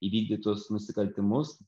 įvykdytus nusikaltimus